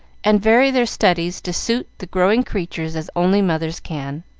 and vary their studies to suit the growing creatures as only mothers can.